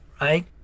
right